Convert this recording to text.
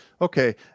Okay